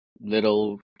little